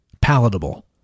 Palatable